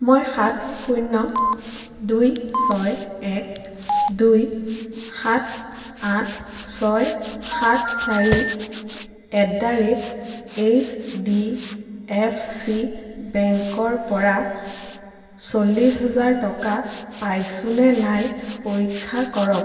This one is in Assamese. মই সাত শূণ্য দুই ছয় এক দুই সাত আঠ ছয় সাত চাৰি at the rate H D F C বেংকৰ পৰা চল্লিশ হাজাৰ টকা পাইছোনে নাই পৰীক্ষা কৰক